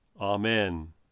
Amen